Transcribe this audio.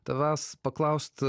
tavęs paklaust